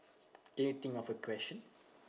can you think of a question